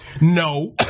No